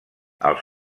els